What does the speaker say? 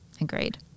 Agreed